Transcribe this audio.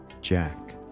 Jack